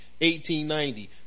1890